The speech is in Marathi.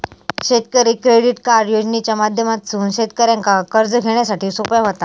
शेतकरी क्रेडिट कार्ड योजनेच्या माध्यमातसून शेतकऱ्यांका कर्ज घेण्यासाठी सोप्या व्हता